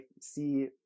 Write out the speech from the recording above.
see